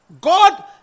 God